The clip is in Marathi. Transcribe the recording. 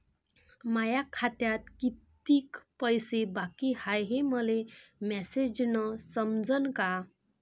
माया खात्यात कितीक पैसे बाकी हाय हे मले मॅसेजन समजनं का?